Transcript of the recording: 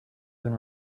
been